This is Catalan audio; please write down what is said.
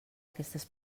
aquestes